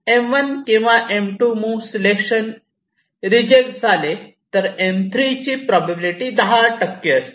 M1 किंवा M2 move selection result झाले तर M3 ची प्रोबॅबिलिटी 10 असते